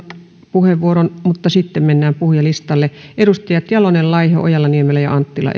mutta sitten mennään puhujalistalle edustajat jalonen laiho ojala niemelä ja anttila